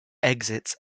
exits